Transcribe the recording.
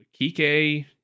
Kike